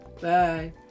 Bye